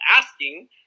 asking